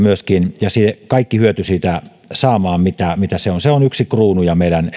myöskin tuosta luomuasiasta se kaikki hyöty saamaan mitä mitä siinä on se on yksi meidän